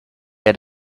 had